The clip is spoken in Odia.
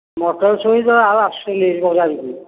ମଟର ଛୁଇଁ ତ ଆଉ ଆସୁନି ବଜାରକୁ